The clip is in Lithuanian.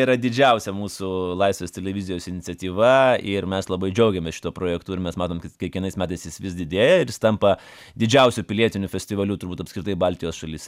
yra didžiausia mūsų laisvės televizijos iniciatyva ir mes labai džiaugiamės šituo projektu ir mes matom kad kiekvienais metais jis vis didėja ir jis tampa didžiausiu pilietiniu festivaliu turbūt apskritai baltijos šalyse